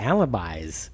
Alibis